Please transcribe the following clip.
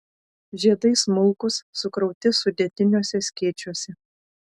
žiedai smulkūs sukrauti sudėtiniuose skėčiuose